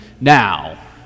now